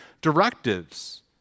directives